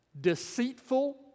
deceitful